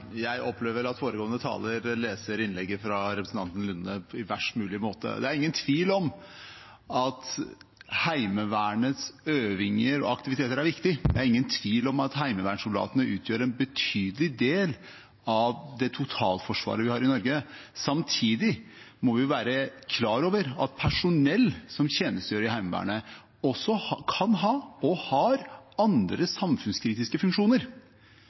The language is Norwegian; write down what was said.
på verst mulig måte. Det er ingen tvil om at Heimevernets øvinger og aktiviteter er viktig. Det er ingen tvil om at heimevernssoldatene utgjør en betydelig del av det totalforsvaret vi har i Norge. Samtidig må vi være klar over at personell som tjenestegjør i Heimevernet, også kan ha og har andre samfunnskritiske funksjoner.